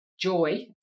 joy